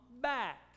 back